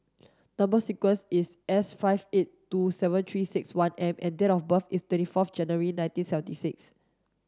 number sequence is S five eight two seven three six one M and date of birth is twenty forth January nineteen seventy six